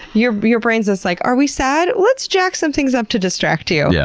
your your brain's just like, are we sad? let's jack some things up to distract you. yeah